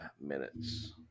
minutes